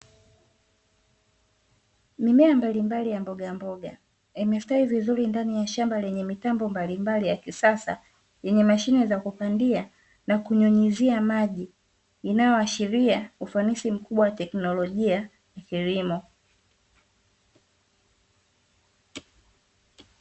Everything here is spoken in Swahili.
Mimea mbalimbali ya mboga mboga imestawi vizuri ndani ya shamba lenye mitambo mbalimbali ya kisasa yenye mashine za kupandia na kunyunyizia maji inayoashiria ufanisi mkubwa teknolojia ya kilimo .